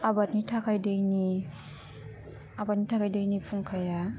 आबादनि थाखाइ दैनि आबादनि थाखाइ दैनि फुंखाया